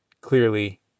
clearly